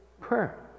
prayer